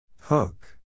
Hook